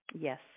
Yes